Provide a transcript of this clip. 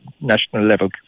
national-level